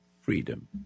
freedom